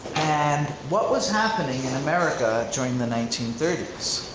and what was happening in america during the nineteen thirty